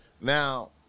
Now